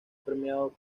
premiado